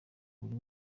buri